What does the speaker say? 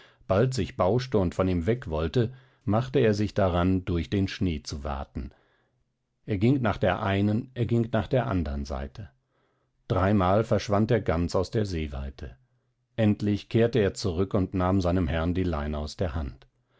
bald sich bauschte und von ihm weg wollte machte er sich daran durch den schnee zu waten er ging nach der einen er ging nach der anderen seite dreimal verschwand er ganz aus der sehweite endlich kehrte er zurück und nahm seinem herrn die leine aus der hand